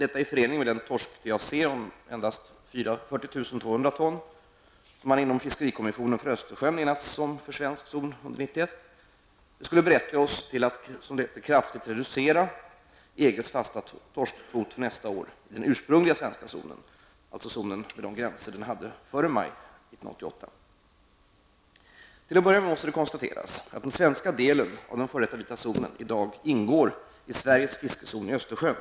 Detta i förening med den torsk-TAC om endast 40 200 ton, som man inom Fiskerikommissionen för Östersjön enats om för svensk zon under 1991, skulle berättiga oss att ''kraftigt reducera'' EGs fasta torskkvot för nästa år i den ursprungliga svenska zonen, dvs. zonen med de gränser den hade före maj 1988. Till att börja med måste det konstateras att den svenska delen av den f.d. vita zonen i dag ingår i Sveriges fiskezon i Östersjön.